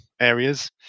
areas